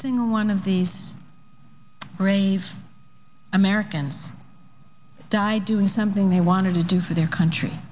single one of these brave americans died doing something they wanted to do for their country